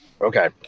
okay